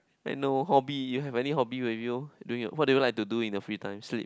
I know hobby you have any hobby with you doing what do you like to do in your free time sleep